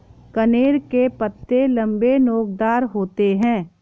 कनेर के पत्ते लम्बे, नोकदार होते हैं